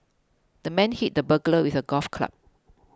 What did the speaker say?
the man hit the burglar with a golf club